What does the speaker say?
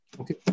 Okay